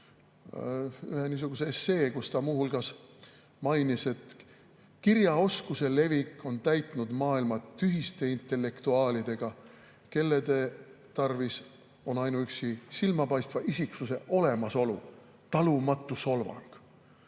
elu lõpupäevil essee, kus ta muu hulgas mainis, et kirjaoskuse levik on täitnud maailma tühiste intellektuaalidega, kelle jaoks on ainuüksi silmapaistva isiksuse olemasolu talumatu solvang.